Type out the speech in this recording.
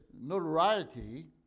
notoriety